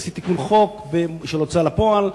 עשיתי תיקון של חוק ההוצאה לפועל.